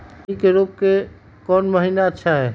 खैनी के रोप के कौन महीना अच्छा है?